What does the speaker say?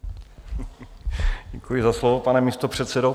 Děkuji za slovo, pane místopředsedo.